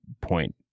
point